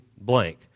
blank